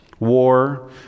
War